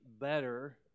better